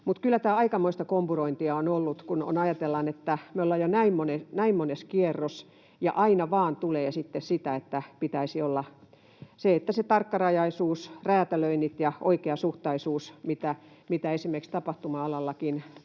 — kyllä tämä aikamoista kompurointia on ollut, kun ajatellaan, että meillä on jo näin mones kierros ja aina vain tulee sitten sitä, että pitäisi olla ne tarkkarajaisuus, räätälöinnit ja oikeasuhtaisuus, mitä esimerkiksi tapahtuma-alallakin